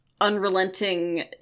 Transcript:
unrelenting